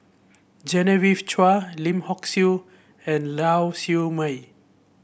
Genevieve Chua Lim Hock Siew and Lau Siew Mei